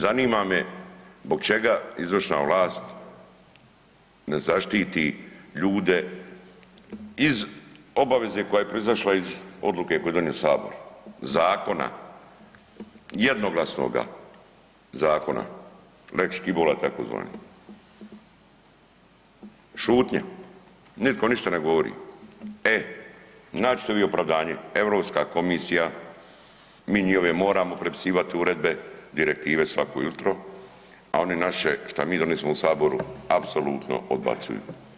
Zanima me zbog čega izvršna vlast ne zaštiti ljude iz obaveze koja je proizašla iz odluke koju je donio sabor, zakona, jednoglasnoga zakona, lex Škibola tzv. Šutnja, nitko ništa ne govori, e naći ćete vi opravdanje, Europska komisija, mi njihove moramo prepisivati uredbe, direktive svako jutro, a oni naše šta mi donesemo u saboru apsolutno odbacuju.